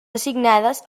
assignades